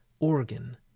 organ